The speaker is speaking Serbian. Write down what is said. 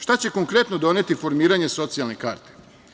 Šta će konkretno doneti formiranje socijalne karte?